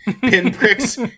pinpricks